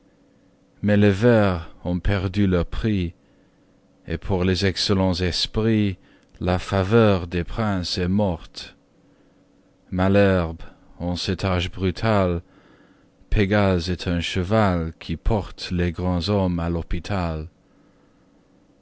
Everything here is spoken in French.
mais les vers ont perdu leur prix et pour les excellents esprits la faveur des princes est morte malherbe en cet âge brutal pégase est un cheval qui porte les grands hommes à l'hôpital